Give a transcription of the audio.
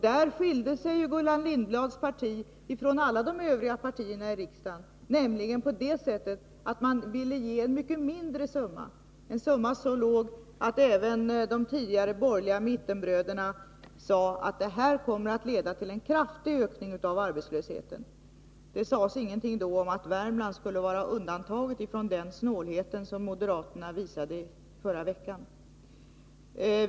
Där skilde sig Gullan Lindblads parti från alla de övriga partierna i riksdagen på det viset att man ville ge en mycket mindre summa — en summa som var så låg att även de tidigare borgerliga mittenbröderna sade att det här kommer att leda till en kraftig ökning av arbetslösheten. Det sades ingenting då om att Värmland skulle vara undantaget från den snålhet som moderaterna visade i förra veckan.